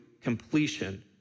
completion